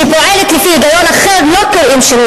שפועלת לפי היגיון אחר לא קוראים שינוי